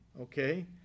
okay